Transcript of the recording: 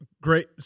great